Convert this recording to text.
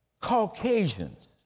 Caucasians